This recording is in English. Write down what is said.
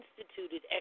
instituted